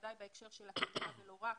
בוודאי בהקשר של הקליטה ולא רק.